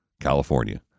California